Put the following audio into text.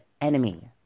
enemy